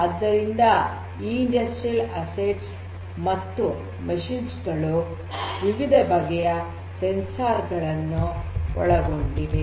ಆದ್ದರಿಂದ ಈ ಕೈಗಾರಿಕಾ ಸ್ವತ್ತುಗಳು ಮತ್ತು ಯಂತ್ರಗಳು ವಿವಿಧ ಬಗೆಯ ಸಂವೇದಕಗಳನ್ನು ಒಳಗೊಂಡಿವೆ